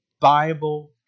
Bible